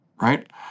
right